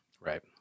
Right